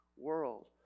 world